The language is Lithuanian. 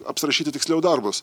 apsirašyti tiksliau darbus